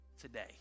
today